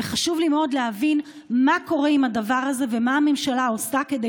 וחשוב לי מאוד להבין מה קורה עם הדבר הזה ומה הממשלה עושה כדי